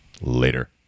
Later